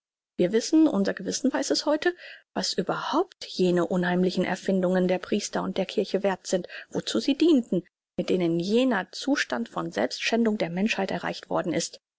wir wissen unser gewissen weiß es heute was überhaupt jene unheimlichen erfindungen der priester und der kirche werth sind wozu sie dienten mit denen jener zustand von selbstschändung der menschheit erreicht worden ist